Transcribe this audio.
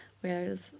whereas